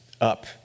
up